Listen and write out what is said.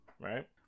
right